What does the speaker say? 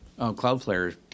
Cloudflare